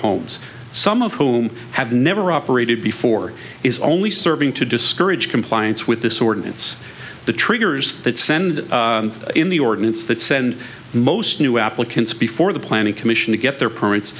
homes some of whom have never operated before is only serving to discourage compliance with this ordinance the triggers that send in the ordinance that send most new applicants before the planning commission to get their permits